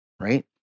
Right